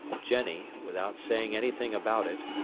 jenny, without saying anything about it,